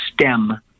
stem